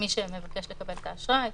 שמבקש לקבל את האשראי